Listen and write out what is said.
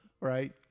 Right